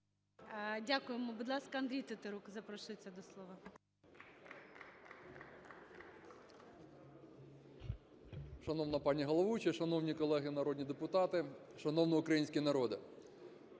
Дякуємо. Будь ласка, Андрій Тетерук запрошується до слова.